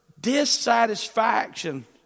dissatisfaction